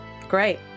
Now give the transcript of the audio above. great